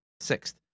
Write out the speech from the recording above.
Sixth